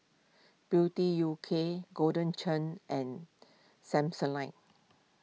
beauty U K Golden Churn and Samsonite